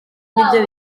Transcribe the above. nibyo